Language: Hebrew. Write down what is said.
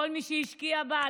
כל מי שהשקיע בה,